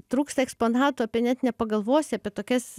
trūksta eksponatų apie net nepagalvosi apie tokias